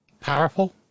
Powerful